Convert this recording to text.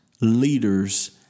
leaders